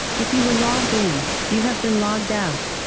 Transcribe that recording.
if you were logged in you have been logged out.